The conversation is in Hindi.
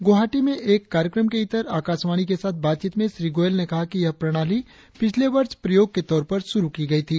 गुवाहाटी में एक कार्यक्रम से इतर आकाशवाणी के साथ बातचीत में श्री गोयल ने कहा कि यह प्रणाली पिछले वर्ष प्रयोग के तौर पर श्रु की गई थी